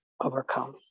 overcome